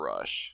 Rush